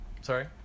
Sorry